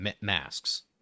masks